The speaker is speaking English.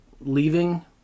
leaving